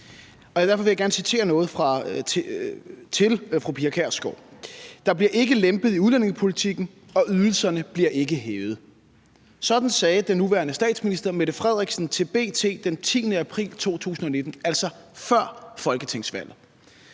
fald vil jeg gerne citere noget for fru Pia Kjærsgaard: »Der bliver ikke lempet i udlændingepolitikken. Og ydelserne bliver ikke hævet«. Sådan sagde den nuværende statsminister Mette Frederiksen til B.T. den 10. april 2019, altså før folketingsvalget.